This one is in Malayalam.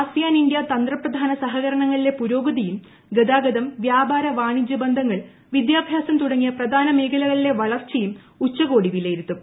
ആസിയാൻ ഇന്ത്യ തന്ത്രപ്രധാന സഹകരണത്തിലെ പുരോഗതിയും ഗതാഗതം വൃാപാര വാണിജ്യ ബന്ധങ്ങൾ വിദ്യാഭ്യാസം തുടങ്ങിയ പ്രധാന മേഖലകളിലെ വളർച്ചയും ഉച്ചകോടി വിലയിരുത്തും